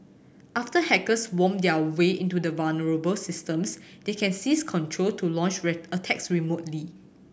after hackers worm their way into vulnerable systems they can seize control to launch attacks remotely